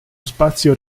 spazio